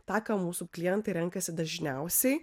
tą ką mūsų klientai renkasi dažniausiai